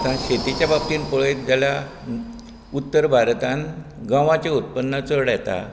आतां शेतीच्या बापतीन पळयत जाल्यार भारतांत गंवाचें उत्पन चड येता